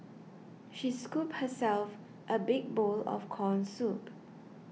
she scooped herself a big bowl of Corn Soup